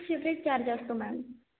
separate charge असतो ma'am